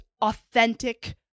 authentic